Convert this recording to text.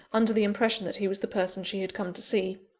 under the impression that he was the person she had come to see.